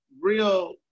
real